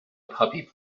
puppy